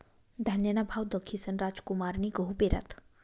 धान्यना भाव दखीसन रामकुमारनी गहू पेरात